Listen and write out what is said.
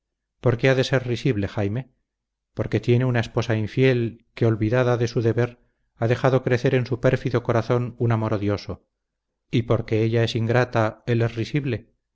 por qué ha de ser risible jaime porque tiene una esposa infiel que olvidada de su deber ha dejado crecer en su pérfido corazón un amor odioso y porque ella es ingrata él es risible